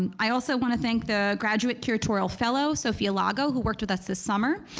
um i also wanna thank the graduate curatorial fellow, sofia lago who worked with us this summer,